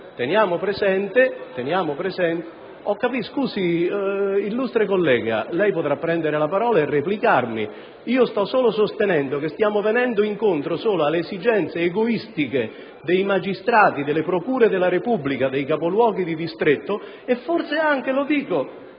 senatore D'Ambrosio)*. Illustre collega, lei potrà prendere la parola e replicare. Sto sostenendo che stiamo venendo incontro solamente alle esigenze egoistiche dei magistrati delle procure della Repubblica dei capoluoghi di distretto e forse anche, e lo dico,